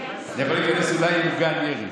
אני יכול להיכנס אולי עם ממוגן ירי.